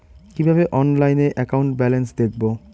কিভাবে অনলাইনে account balance দেখবো?